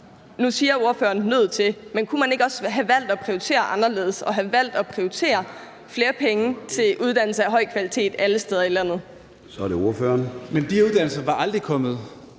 at prioritere anderledes og valgt at prioritere flere penge til uddannelse af høj kvalitet